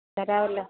തരാവല്ലോ